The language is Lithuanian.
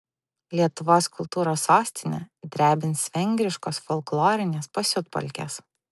lietuvos kultūros sostinę drebins vengriškos folklorinės pasiutpolkės